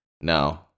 No